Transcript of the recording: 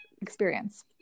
experience